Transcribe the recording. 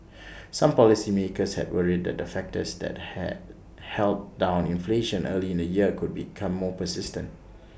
some policymakers had worried that the factors that had held down inflation early in the year could become more persistent